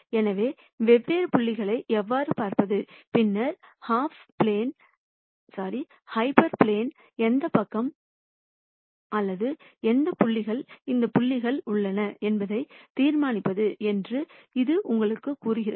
எனவே வெவ்வேறு புள்ளிகளை எவ்வாறு பார்ப்பது பின்னர் ஹைப்பர் பிளேனின் எந்தப் பக்கம் அல்லது எந்த புள்ளிகள் இந்த புள்ளிகள் உள்ளன என்பதை தீர்மானிப்பது என்று இது உங்களுக்குக் கூறுகிறது